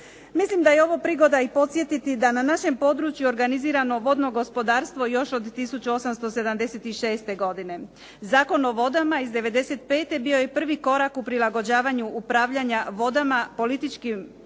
Mislim da je ovo prigoda i podsjetiti da na našem području organizirano vodno gospodarstvo još od 1876. godine. Zakon o vodama iz '95. bio je prvi korak u prilagođavanju upravljanja vodama, političkim